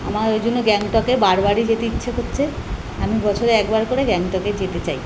আমার ওই জন্য গ্যাংটকে বারবারই যেতে ইচ্ছে করছে আমি বছরে একবার করে গ্যাংটকে যেতে চাই